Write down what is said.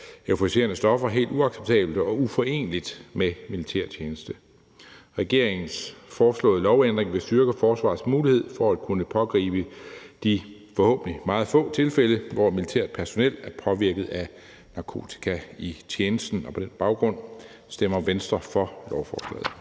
euforiserende stoffer helt uacceptabelt og uforeneligt med militærtjeneste. Regeringens foreslåede lovændring vil styrke forsvarets mulighed for at kunne pågribe de forhåbentlig meget få tilfælde, hvor militært personel er påvirket af narkotika i tjenesten. På den baggrund stemmer Venstre for lovforslaget.